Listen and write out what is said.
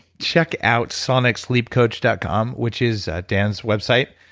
check out sonicsleepcoach dot com, which is dan's website.